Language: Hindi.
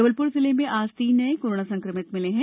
जबलपुर जिले में आज तीन नये कोरोना संक्रमित मिले हैं